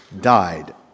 died